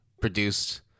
produced